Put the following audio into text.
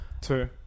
Two